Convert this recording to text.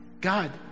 God